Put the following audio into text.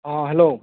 ହଁ ହ୍ୟାଲୋ